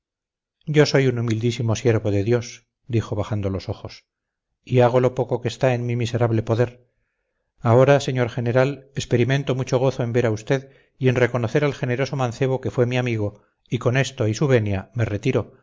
yo soy un humildísimo siervo de dios dijo bajando los ojos y hago lo poco que está en mi miserable poder ahora señor general experimento mucho gozo en ver a usted y en reconocer al generoso mancebo que fue mi amigo y con esto y su venia me retiro